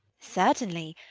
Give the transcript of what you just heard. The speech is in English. certainly.